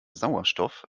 sauerstoff